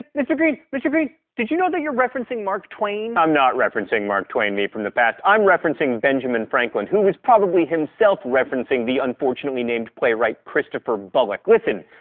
mr. green. mr. green, did you know that you're referencing mark twain? i'm not referencing mark twain, me from the past, i'm referencing benjamin franklin, who was probably himself quoting the unfortunately named playwright christopher bullock. listen.